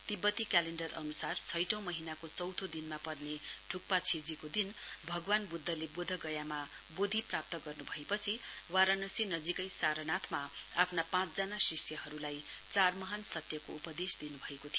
तिब्बती क्यालेण्डर अनुसार छैटौं महीनाको चौथो दिनमा पर्ने ठुक्पा छेजीको दिन भगवान ब्द्धले बोधगयामा बोधी प्राप्त गर्न् भएपछि वाराणसी नजीकै सारनाथमा आफ्ना पाँचजना शिष्यहरूलाई चार महान सत्यको उपदेश दिनुभएको थियो